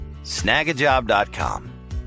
Snagajob.com